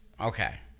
Okay